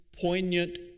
poignant